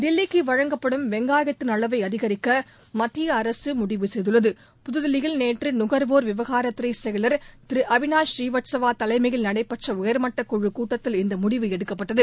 தில்லிக்கு வழங்கப்படும் வெங்காயத்தின் அளவை அதிகரிக்க மத்திய அரசு முடிவு செய்துள்ளது புதுதில்லியில் நேற்று நுகர்வோர் விவகாரத் துறை செயவர் திரு அவிநாஷ் பநீவத்சவா தலைமையில் நடைபெற்ற உயாமட்டக் குழி கூட்டத்தில் இந்த முடிவு எடுக்கப்பட்டது